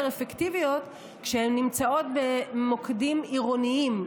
אפקטיביות כשהן נמצאות במוקדים עירוניים,